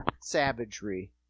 savagery